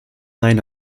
line